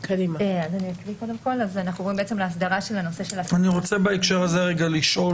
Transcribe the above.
אנחנו עוברים להסדרה -- אני רוצה לשאול בהקשר הזה לשאול,